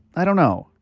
i don't know.